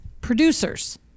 producers